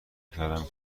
کردم